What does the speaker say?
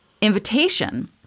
invitation